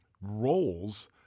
roles